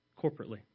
corporately